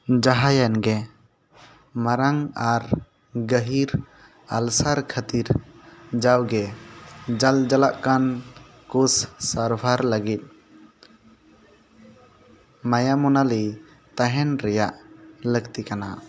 ᱡᱟᱦᱟᱸᱭᱮᱱ ᱜᱮ ᱢᱟᱨᱟᱝ ᱟᱨ ᱜᱟᱹᱦᱤᱨ ᱟᱞᱥᱟᱨ ᱠᱷᱟᱹᱛᱤᱨ ᱡᱟᱣᱜᱮ ᱡᱟᱞᱡᱟᱞᱟᱜ ᱠᱟᱱ ᱠᱳᱥ ᱥᱟᱨᱵᱷᱟᱨ ᱞᱟᱹᱜᱤᱫ ᱢᱟᱭᱟᱢᱱᱟᱞᱤ ᱛᱟᱦᱮᱱ ᱨᱮᱭᱟᱜ ᱞᱟᱹᱠᱛᱤ ᱠᱟᱱᱟ